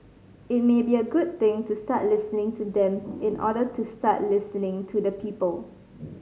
it may be a good thing to start listening to them in order to start listening to the people